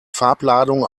farbladung